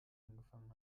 angefangen